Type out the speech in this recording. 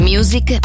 Music